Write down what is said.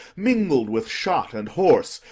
mingled with shot and horse,